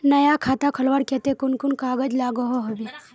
नया खाता खोलवार केते कुन कुन कागज लागोहो होबे?